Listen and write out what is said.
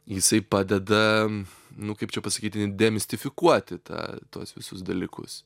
jisai padeda nu kaip čia pasakyti demistifikuoti tą tuos visus dalykus